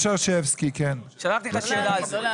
שלחתי לך שאלה.